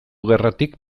gerratik